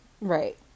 Right